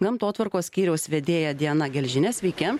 gamtotvarkos skyriaus vedėja diana gelžine sveiki